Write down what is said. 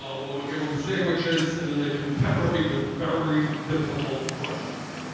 ah we'll we'll give them sandwiches and then they can pepper me with very difficult questions.